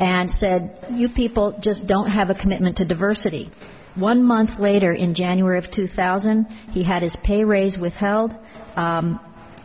and said you people just don't have a commitment to diversity one month later in january of two thousand he had his pay raise withheld